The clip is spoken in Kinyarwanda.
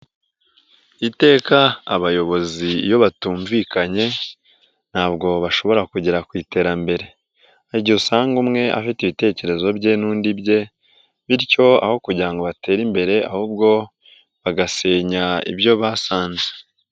Iteka abayobozi iyo batumvikanye ntabwo bashobora kugera ku iterambere, har'igihe usanga umwe afite ibitekerezo bye n'undi ibye, bityo aho kugira ngo batere imbere ahubwo bagasenya ibyo basanze.